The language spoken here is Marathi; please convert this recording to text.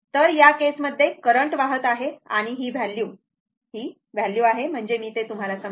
तर या केस मध्ये करंट वाहत आहे आणि हि व्हॅल्यू ती व्हॅल्यू आहे म्हणजे मी ते तुम्हाला समजावतो